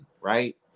right